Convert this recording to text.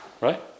right